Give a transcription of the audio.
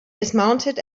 dismounted